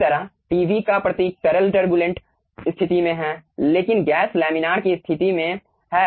इसी तरह tv का प्रतीक तरल टरबुलेंट स्थिति में है लेकिन गैस लैमिनार की स्थितियों में है